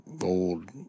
Old